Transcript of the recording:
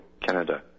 Canada